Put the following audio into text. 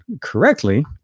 correctly